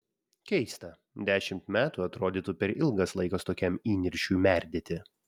keista dešimt metų atrodytų per ilgas laikas tokiam įniršiui merdėti